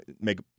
make